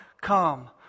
come